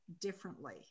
differently